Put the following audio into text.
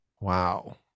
wow